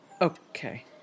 okay